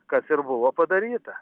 kas ir buvo padaryta